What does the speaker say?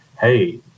hey